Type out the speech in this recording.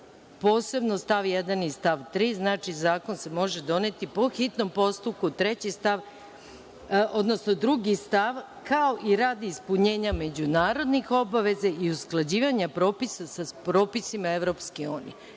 posebno stav 1. i stav 3, znači, zakon se može doneti po hitnom postupku 3. stav, odnosno 2. stav, kao i radi ispunjenja međunarodnih obaveza i usklađivanja propisa sa propisima EU. To poštuje